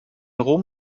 rom